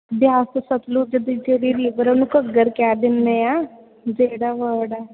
ਬਿਆਸ ਸਤਲੁਜ ਦੀ ਜਿਹੜੀ ਰਿਵਰ ਉਹਨੂੰ ਘੱਗਰ ਕਹਿ ਦਿੰਦੇ ਹਾਂ ਜਿਹੜਾ ਵਰਡ ਹੈ